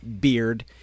beard